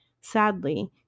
Sadly